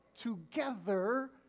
together